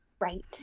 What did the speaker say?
Right